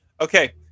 okay